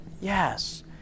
Yes